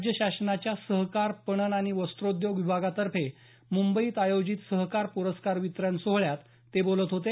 राज्य शासनाच्या सहकार पणन आणि वस्त्रोद्योग विभागातर्फे मुंबईत आयोजित सहकार पुरस्कार वितरण सोहळ्यात ते बोलत होते